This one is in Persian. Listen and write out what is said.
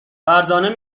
فرزانه